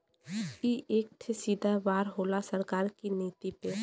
ई एक ठे सीधा वार होला सरकार की नीति पे